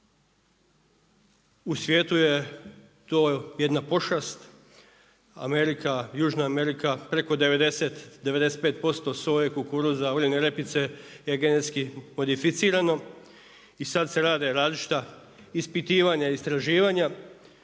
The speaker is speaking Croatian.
U svijetu je to jedna pošast, Amerika, Južna Amerika preko 90, 95% soje, kukuruza, uljane repice je genetski modificirano i sada se rade različita ispitivanja, istraživanja